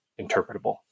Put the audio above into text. interpretable